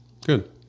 good